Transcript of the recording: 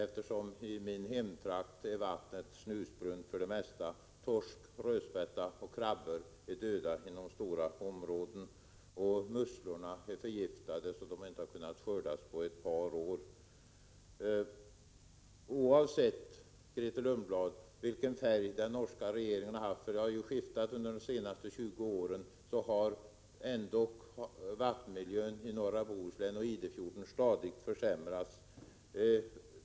I min hemtrakt är vattnet snusbrunt för det mesta — arter som torsk, rödspätta och krabba är döda inom stora områden och musslorna är förgiftade så att de inte har kunnat skördas på ett par år. Jag vill säga, Grethe Lundblad, att oavsett vilken färg den norska regeringen har haft — det har ju skiftat — under de senaste 20 åren, har ändå vattenmiljön i norra Bohuslän och Idefjorden stadigt försämrats.